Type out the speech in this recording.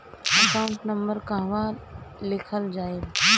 Account number कहवा लिखल जाइ?